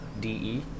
D-E